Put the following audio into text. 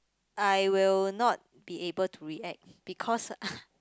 I will not be able to react because